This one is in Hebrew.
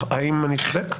האם אני צודק?